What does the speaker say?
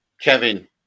Kevin